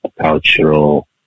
Cultural